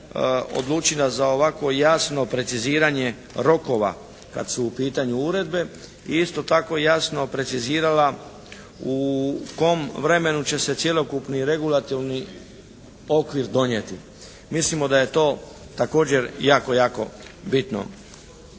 odlučila za ovako jasno preciziranje rokova kad su u pitanju uredbe i isto tako jasno precizirala u kom vremenu će se cjelokupni regulatorni okvir donijeti. Mislimo da je to također jako, jako bitno.